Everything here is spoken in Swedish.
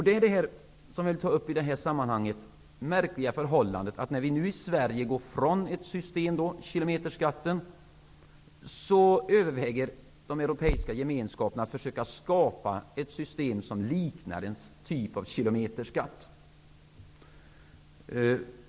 Där vill vi ta upp det märkliga förhållandet att när Sverige nu går ifrån kilometerskatten, överväger de Europeiska Gemenskaperna att försöka skapa ett system av en typ som liknar kilometerskatten.